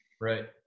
Right